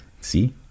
See